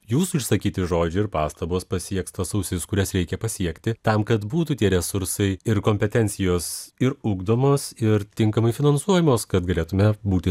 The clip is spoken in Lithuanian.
jūsų išsakyti žodžiai ir pastabos pasieks tas ausis kurias reikia pasiekti tam kad būtų tie resursai ir kompetencijos ir ugdomos ir tinkamai finansuojamos kad galėtume būti